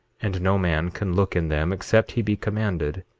and no man can look in them except he be commanded,